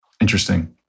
Interesting